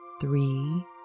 three